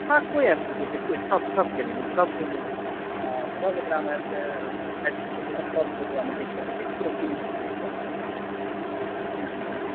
हँ कोइ आबि सकै छै कोइ सब सब के लेल ई सबके लेल छै सब एकरा मे आबिके आबि सकै छै सब कोइ एकरामे देख सकै छै ककरो कोनो समस्या नै छै हूँ हूँ हूँ